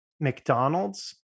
McDonald's